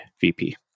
VP